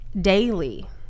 Daily